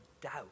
doubt